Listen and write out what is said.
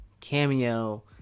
Cameo